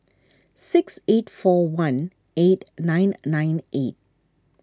six eight four one eight nine nine eight